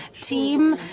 team